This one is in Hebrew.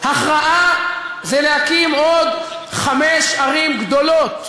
הכרעה זה להקים עוד חמש ערים גדולות בגב-ההר,